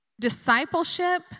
Discipleship